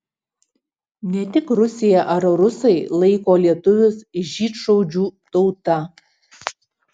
ne tik rusija ar rusai laiko lietuvius žydšaudžių tauta